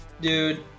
Dude